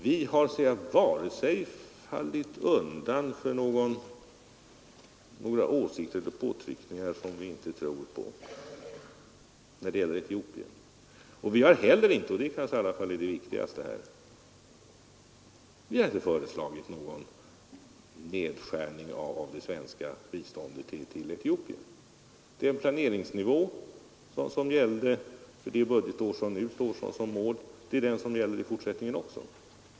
Vi har inte fallit undan för några åsikter eller påtryckningar som vi inte tror på när det gäller Etiopien. Vi har heller inte — och det kanske i alla fall är det viktigaste här — föreslagit någon nedskärning av det svenska biståndet till Etiopien. Den planeringsnivå som gällde för det nu aktuella budgetåret gäller också i fortsättningen.